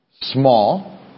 Small